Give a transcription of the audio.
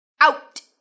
Out